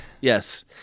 yes